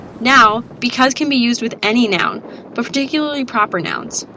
now, because can be used with any noun but particularly proper nouns.